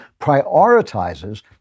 prioritizes